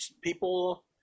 people